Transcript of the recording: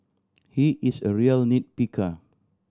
he is a real nit picker